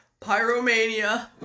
pyromania